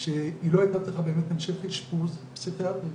שהיא לא הייתה צריכה המשך אשפוז פסיכיאטרי,